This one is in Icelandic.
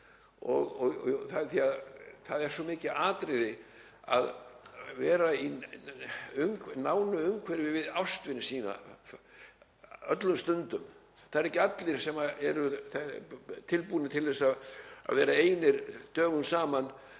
Það er svo mikið atriði að vera í nánu umhverfi við ástvini sína öllum stundum. Það eru ekki allir sem eru tilbúnir til að vera einir dögum saman.